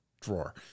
drawer